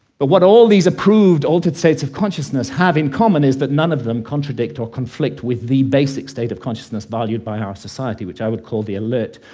but what all these approved altered states of consciousness have in common is that none of them contradict or conflict with the basic state of consciousness valued by our society, which i would call the alert,